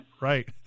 Right